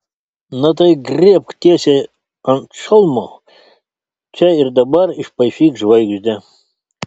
na tai griebk tiesiai ant šalmo čia ir dabar išpaišyk žvaigždę